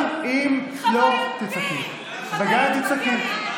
גם אם לא תצעקי וגם אם תצעקי.